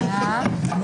הישיבה ננעלה בשעה 15:20.